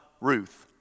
Ruth